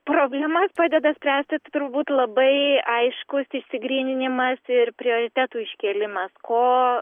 problemas padeda spręsti turbūt labai aiškus išsigryninimas ir prioritetų iškėlimas ko